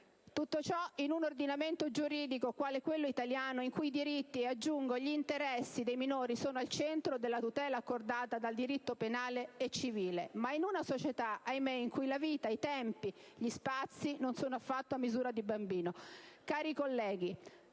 Tutto ciò in un ordinamento giuridico, quale quello italiano, in cui i diritti, e aggiungo gli interessi, dei minori sono al centro della tutela accordata dal diritto penale e civile, in una società in cui la vita, i tempi, gli spazi purtroppo non sono affatto a misura di bambino.